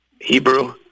Hebrew